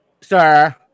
Sir